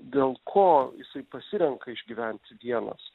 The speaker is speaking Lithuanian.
dėl ko jisai pasirenka išgyventi vienas